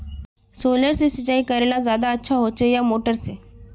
Solar से सिंचाई करले ज्यादा अच्छा होचे या मोटर से?